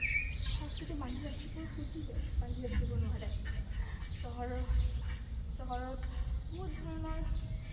সংস্কৃতিক বান্ধি ৰাখিব খুজিলেও বান্ধি ৰাখিব নোৱাৰে চহৰত বহুত ধৰণৰ